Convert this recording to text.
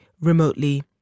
remotely